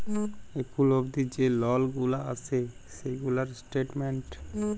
এখুল অবদি যে লল গুলা আসে সেগুলার স্টেটমেন্ট